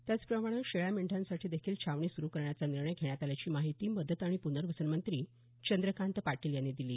त्याचप्रमाणे शेळ्या मेंढ्यांसाठीदेखील छावणी सुरू करण्याचा निर्णय घेण्यात आल्याची माहिती मदत आणि पूनर्वसन मंत्री चंद्रकांत पाटील यांनी दिली